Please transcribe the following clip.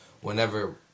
whenever